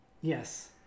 Yes